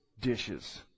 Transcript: dishes